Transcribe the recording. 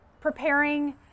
preparing